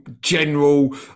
general